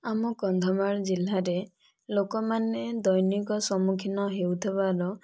ଆମ କନ୍ଧମାଳ ଜିଲ୍ଲାରେ ଲୋକମାନେ ଦୈନିକ ସମ୍ମୁଖିନ ହେଉଥିବାର